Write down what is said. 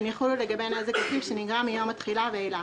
והן יחולו לגבי נזק עקיף שנגרם מיום התחילה ואילך".